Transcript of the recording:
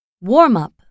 Warm-up